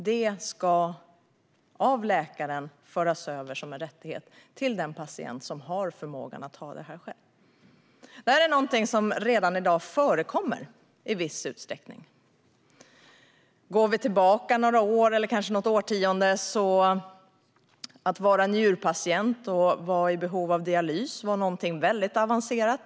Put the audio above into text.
Det ska föras över av läkaren som en rättighet till den patient som har förmågan att ta hand om det själv. Det här förekommer i viss utsträckning redan i dag. Om vi går tillbaka några år eller kanske något årtionde kan vi se att det var något väldigt avancerat att vara njurpatient och i behov av dialys.